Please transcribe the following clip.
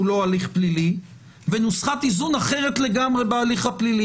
לא הליך פלילי ונוסחת איזון אחרת לגמרי בהליך הפלילי.